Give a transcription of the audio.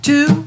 Two